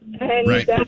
Right